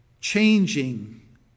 changing